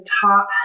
top